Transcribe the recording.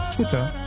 Twitter